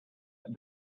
that